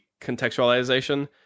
contextualization